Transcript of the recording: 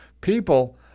People